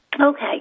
Okay